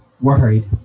worried